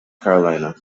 carolina